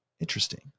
Interesting